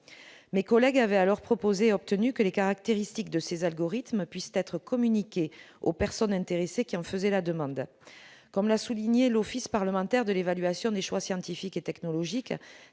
mes collègues avait alors proposé et obtenu que les caractéristiques de ces algorithmes puissent être communiquées aux personnes intéressées qui en faisaient la demande, comme l'a souligné l'Office parlementaire de l'évaluation des choix scientifiques et technologiques,